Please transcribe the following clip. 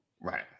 Right